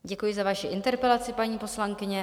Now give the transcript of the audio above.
Děkuji za vaši interpelaci, paní poslankyně.